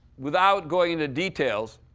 without going details,